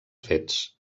fets